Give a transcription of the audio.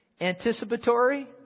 anticipatory